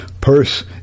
Purse